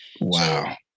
Wow